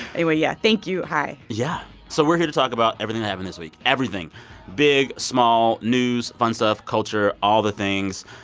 anyway, yeah, thank you. hi yeah. so we're here to talk about everything that happened this week everything big, small, news, fun stuff, culture, all the things.